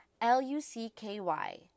L-U-C-K-Y